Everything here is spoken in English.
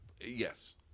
Yes